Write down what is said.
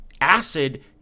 acid